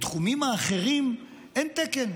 בתחומים האחרים אין תקן.